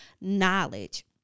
knowledge